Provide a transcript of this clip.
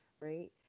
right